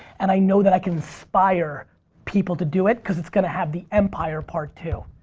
and i know that i can inspire people to do it cause it's going to have the empire part too.